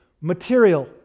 material